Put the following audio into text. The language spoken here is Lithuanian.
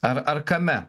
ar ar kame